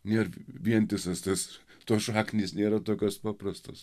nebūna vientisas tas tos šaknys nėra tokios paprastos